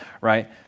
right